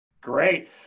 Great